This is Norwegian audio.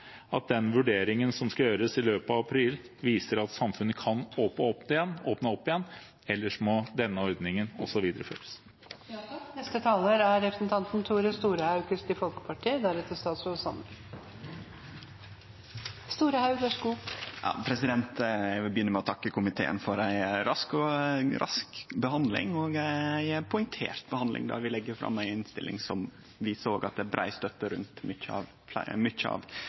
at den vurderingen som skal gjøres i løpet av april, viser at samfunnet kan åpne opp igjen. Ellers må denne ordningen også videreføres. Eg vil begynne med å takke komiteen for ei rask og poengtert behandling, der vi legg fram ei innstilling med brei støtte til mykje av hovuddelen av det som ligg føre i proposisjonen. Det meiner eg er bra, og eg skal prøve å halde eit innlegg som er